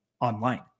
online